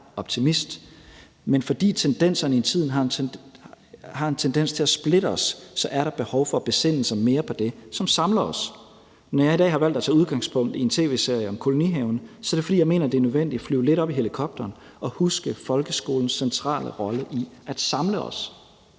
men fordi tendenserne i tiden har en tendens til at splitte os, er der behov for at besinde sig mere på det, som samler os. Når jeg i dag har valgt at tage udgangspunkt i en tv-serie om kolonihaven, er det, fordi jeg mener, at det er nødvendigt at flyve lidt op i helikopteren og huske folkeskolens centrale rolle i at samle os